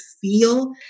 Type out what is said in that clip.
feel